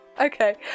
Okay